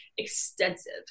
extensive